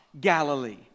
Galilee